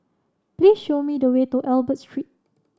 please show me the way to Albert Street